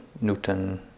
Newton